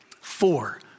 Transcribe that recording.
Four